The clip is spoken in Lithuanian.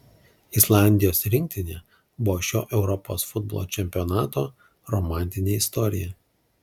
islandijos rinktinė buvo šio europos futbolo čempionato romantinė istorija